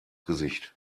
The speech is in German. gesicht